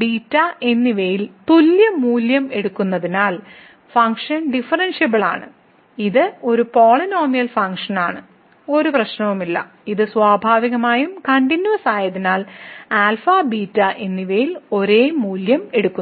β എന്നിവയിൽ തുല്യ മൂല്യം എടുക്കുന്നതിനാൽ ഫംഗ്ഷൻ ഡിഫറൻസിബിൾ ആണ് ഇത് ഒരു പോളിനോമിയൽ ഫംഗ്ഷനാണ് ഒരു പ്രശ്നവുമില്ല ഇത് സ്വാഭാവികമായും കണ്ടിന്യൂവസ് ആയതിനാൽ α β എന്നിവയിൽ ഒരേ മൂല്യം എടുക്കുന്നു